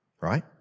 Right